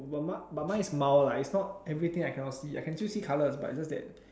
but mine but mind is mild is not everything I cannot see I still can see colour but it's just that